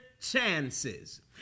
chances